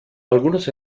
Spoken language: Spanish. algunos